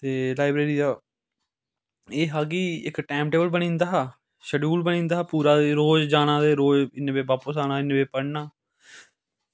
ते लाइब्रेरी इक time table बनी जंदा हा इक शड्यूल बनी जंदा हा पूरा रोज जाना रोज बापस औना